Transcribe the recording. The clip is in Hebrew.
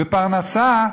בפרנסה,